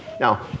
Now